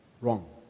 wrong